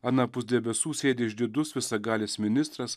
anapus debesų sėdi išdidus visagalis ministras